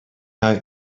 out